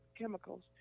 chemicals